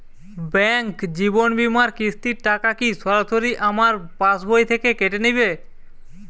Bank জীবন বিমার কিস্তির টাকা কি সরাসরি আমার পাশ বই থেকে কেটে নিবে?